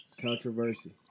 controversy